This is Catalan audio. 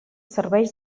serveix